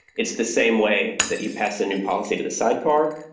it's the same way that you pass a new policy to the sidecar.